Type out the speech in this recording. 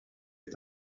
est